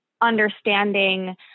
understanding